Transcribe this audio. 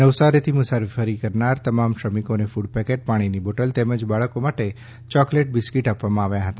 નવસારીથી મુસાફરી કરનાર તમામ શ્રમિકોને ક્રડ પેકેટ પાણીની બોટલ તેમજ બાળકો માટે ચોકલેટ બિસ્કીટ આપવામાં આવ્યા હતા